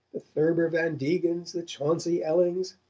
the thurber van degens, the chauncey ellings,